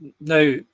now